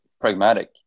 pragmatic